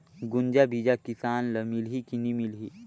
गुनजा बिजा किसान ल मिलही की नी मिलही?